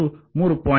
88 ಮತ್ತು 3